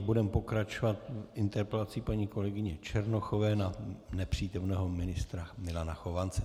Budeme pokračovat interpelací paní kolegyně Černochové na nepřítomného ministra Milana Chovance.